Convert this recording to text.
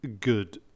good